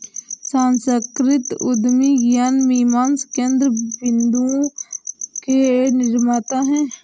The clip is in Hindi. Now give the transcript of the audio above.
सांस्कृतिक उद्यमी ज्ञान मीमांसा केन्द्र बिन्दुओं के निर्माता हैं